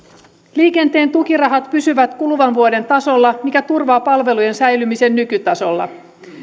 liikenteen tukirahat pysyvät kuluvan vuoden tasolla mikä turvaa palvelujen säilymisen nykytasolla